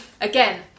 again